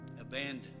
abandoned